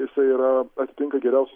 jisai yra atitinka geriausią